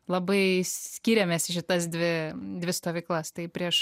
labai skiriamės į šitas dvi dvi stovyklas tai prieš